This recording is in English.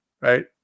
right